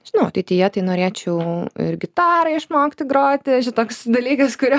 žinau ateityje tai norėčiau ir gitara išmokti groti toks dalykas kurio